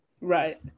Right